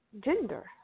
gender